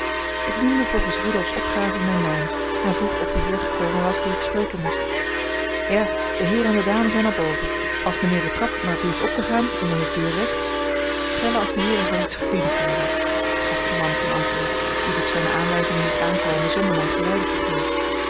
ik noemde volgens rudolfs opgave mijn naam en vroeg of de heer gekomen was dien ik spreken moest ja de heer en de dame zijn al boven als mijnheer de trap maar blieft op te gaan en dan de deur rechts schellen als de heeren van iets gediend blieven gaf de man ten antwoord die het op zijne aanwijzingen liet aankomen zonder mij geleide te geven